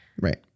right